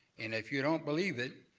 and if you don't believe it,